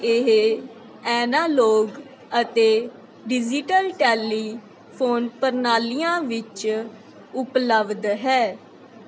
ਇਹ ਐਨਾਲੋਗ ਅਤੇ digital telephone ਪ੍ਰਣਾਲੀਆਂ ਵਿੱਚ ਉਪਲਬਧ ਹੈ